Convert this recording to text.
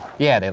yeah, they're